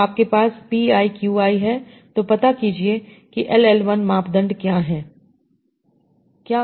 तो आपके पास p i q i है तो पता कीजिए की LL1 मापदंड क्या है